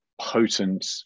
potent